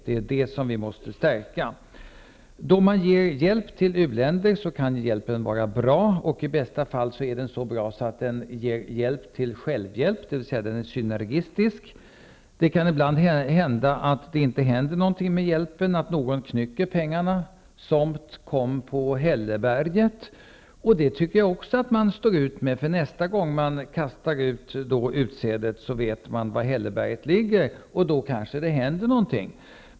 Det är den processen vi måste stärka. Då man ger hjälp till u-länder kan hjälpen vara bra. I bästa fall är den så bra att den ger hjälp till självhjälp, dvs. den är synergistisk. Det kan ibland hända att det inte blir någonting av med hjälpen, att någon knycker pengarna -- somt kom på hälleberget. Det tycker jag att man också står ut med, för nästa gång man kastar ut utsädet vet man var hälleberget ligger, och då kanske det händer någonting.